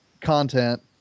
content